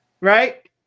right